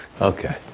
Okay